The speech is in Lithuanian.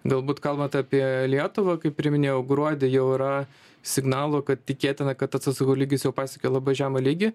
galbūt kalbant apie lietuvą kaip ir minėjau gruodį jau yra signalų kad tikėtina kad tas atsargų lygis jau pasiekė labai žemą lygį